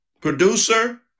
Producer